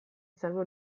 izango